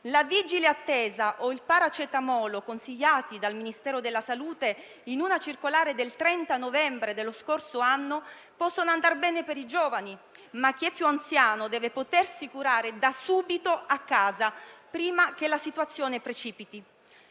La vigile attesa o il paracetamolo consigliati dal Ministero della salute in una circolare del 30 novembre dello scorso anno possono andar bene per i giovani, ma chi è più anziano deve potersi curare da subito a casa, prima che la situazione precipiti.